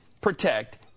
protect